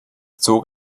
zog